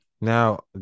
Now